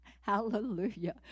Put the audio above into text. Hallelujah